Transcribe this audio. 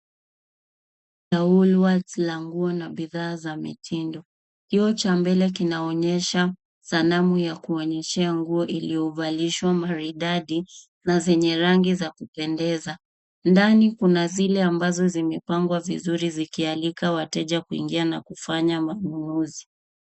Woolworths la nguo na bidhaa za mitindo. Kioo cha mbele kinaonyesha sanamu ya kuonyeshea nguo iliyovalishwa maridadi na zenye rangi za kupendeza. Ndani kuna zile ambazo zimepangwa vizuri zikialika wateja kuingia na kufanya manunuzi.